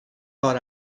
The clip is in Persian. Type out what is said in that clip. بار